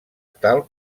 tal